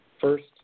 first